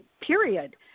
period